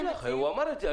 הוא אמר את זה.